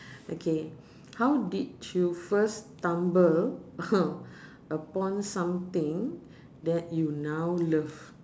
okay how did you first stumble upon something that you now love